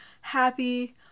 happy